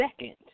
second